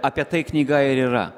apie tai knyga ir yra